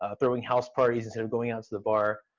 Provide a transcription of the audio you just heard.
ah throwing house parties instead of going out to the bar.